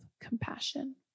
compassion